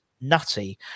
nutty